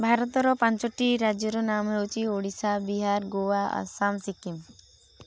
ଭାରତର ପାଞ୍ଚଟି ରାଜ୍ୟର ନାମ ହେଉଛି ଓଡ଼ିଶା ବିହାର ଗୋଆ ଆସାମ ସିକ୍କିମ୍